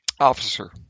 Officer